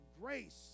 grace